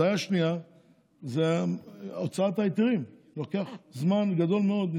בעיה שנייה זה הוצאת ההיתרים, לוקח זמן רב מאוד.